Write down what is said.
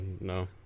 no